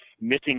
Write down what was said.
missing